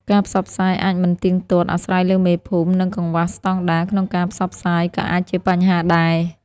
ការផ្សព្វផ្សាយអាចមិនទៀងទាត់ អាស្រ័យលើមេភូមិ និងកង្វះស្តង់ដារ ក្នុងការផ្សព្វផ្សាយក៏អាចជាបញ្ហាដែរ។